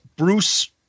Bruce